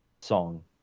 Song